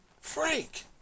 frank